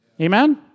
Amen